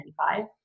1995